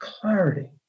clarity